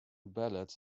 ballads